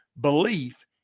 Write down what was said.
belief